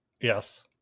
Yes